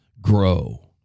grow